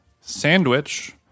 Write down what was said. sandwich